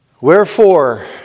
Wherefore